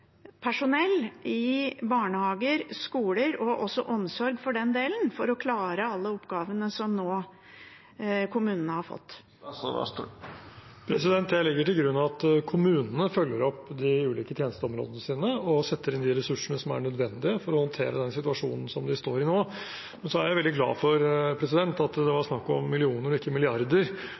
personell i barnehager og skoler – og også omsorg for den delen – for å klare alle oppgavene som kommunene nå har fått? Jeg legger til grunn at kommunene følger opp de ulike tjenesteområdene sine og setter inn de ressursene som er nødvendige for å håndtere situasjonen de står i nå. Og så er jeg veldig glad for at det var snakk om millioner, ikke milliarder,